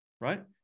right